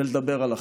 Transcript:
ולדבר על אחדות.